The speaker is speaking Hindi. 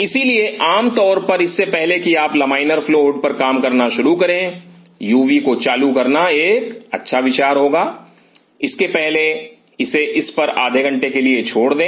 इसलिए आम तौर पर इससे पहले कि आप लमाइनर फ्लो हुड पर काम करना शुरू करें युवी को चालू करना एक अच्छा विचार होगा इसके पहले इसे इस पर आधे घंटे के लिए छोड़ दें